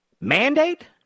mandate